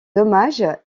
dommages